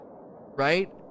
right